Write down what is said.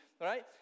right